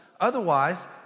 Otherwise